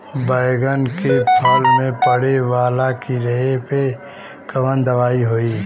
बैगन के फल में पड़े वाला कियेपे कवन दवाई होई?